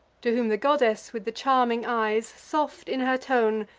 to whom the goddess with the charming eyes, soft in her tone,